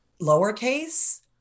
lowercase